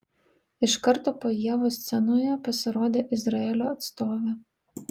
iš karto po ievos scenoje pasirodė izraelio atstovė